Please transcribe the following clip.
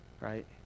right